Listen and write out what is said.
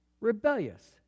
rebellious